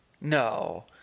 No